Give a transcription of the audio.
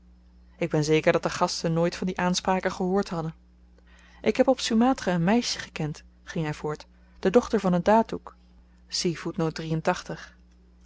ik ben zeker dat de gasten nooit van die aanspraken gehoord hadden ik heb op sumatra een meisje gekend ging hy voort de dochter van een datoe